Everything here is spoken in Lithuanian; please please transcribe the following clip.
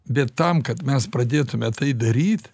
bet tam kad mes pradėtume tai daryt